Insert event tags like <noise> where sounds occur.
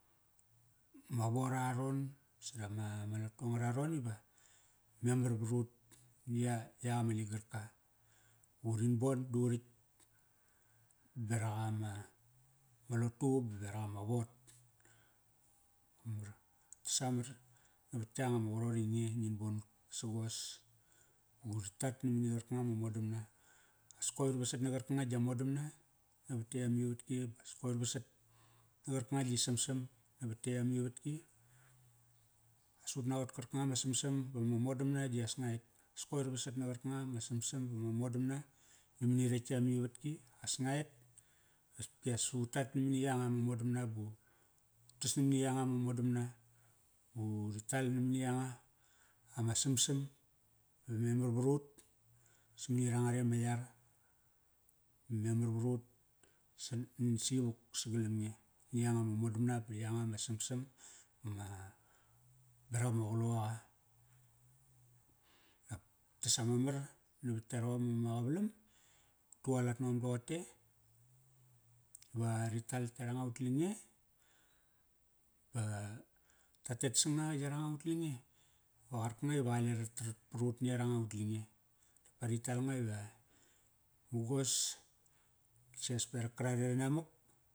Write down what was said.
Ma ward aron, sada ma, ma latu anga raron iva memar varut ni ya, yak ama ligarka. Vu rin bon duritk berak ama ma lotu ba berak ama ward. <unintelligible> Tes amar navat yanga ma qaroti nge ngin bon ut pesagos. Vu tat namani qarkanga ma modamna naut tetk amivatki ba as koir vasat na qarkanga gi samsam navat tetk amivatki. as ut naqot karkanga ma samsam ba ma modamna di as nga et. As koir vasat na qarkanga ma samsambama modamna na mani retk te amivatki. As ngaet. As pias utat na mani yanga ma modamna ba utas na mani yanga ma modamna. BA uri tal na mani yanga, ama samsam. Ba ve memar varut, samani rangare ama yar. Ba memar vrut san, si vuk sagalam nge ni yanga ma samsam. BA ma, berak ama qaloqaqa. Dap, tes ama mar navat yarom ama qavalam, ut tualat nom doqote, va ri tal yaranga ut lange ba tatet sanga yaranga ut lange ba qarkanga iva qale ratarat parut ni yaranga ut lange. Pa ri tal nga ive mugos sias berak karare ranamak.